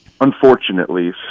unfortunately